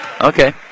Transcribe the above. Okay